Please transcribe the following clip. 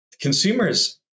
consumers